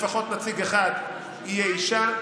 לפחות נציג אחד יהיה אישה.